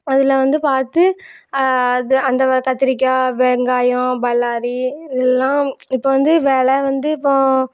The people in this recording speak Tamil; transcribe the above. அதில் வந்து பார்த்து அது அந்த கத்திரிக்காய் வெங்காயம் பல்லாரி எல்லாம் இப்போ வந்து வில வந்து இப்போது